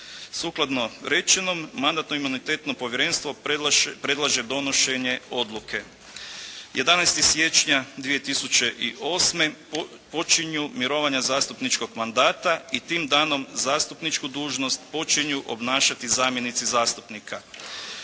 Sukladno rečenom Mandatno-imunitetno povjerenstvo predlaže donošenje odluke: 11. siječnja 2008. počinju mirovanja zastupničkog mandata i tim danom zastupničku dužnost počinju obnašati zamjenici zastupnika